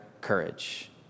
courage